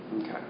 Okay